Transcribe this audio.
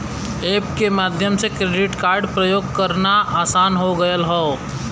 app के माध्यम से क्रेडिट कार्ड प्रयोग करना आसान हो गयल हौ